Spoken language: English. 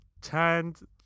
turned